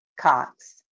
Cox